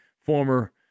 former